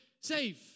safe